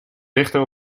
richten